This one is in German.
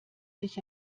sich